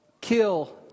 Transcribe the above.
kill